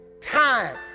time